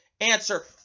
answer